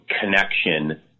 connection